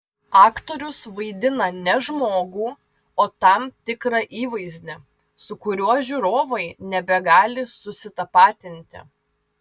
aktorius vaidina ne žmogų o tam tikrą įvaizdį su kuriuo žiūrovai nebegali susitapatinti